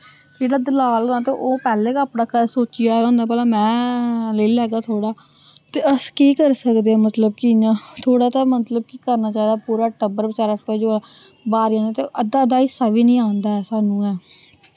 जेह्ड़ा दलाल होऐ ते ओह् पैह्ले गै अपने घरा सोचियै आए दा होंदा भला मैं लेई लैगा थोह्ड़ा ते अस केह् करी सकदे मतलब कि इ'यां थोह्ड़ा ते मतलब कि करना चाहिदा पूरा टब्बर बचारा ते अद्धा अद्धा हिस्सा बी निं आंह्दा ऐ सानू ऐ